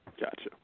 Gotcha